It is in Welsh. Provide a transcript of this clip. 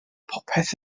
popeth